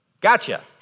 gotcha